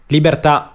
Libertà